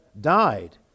died